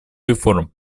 реформ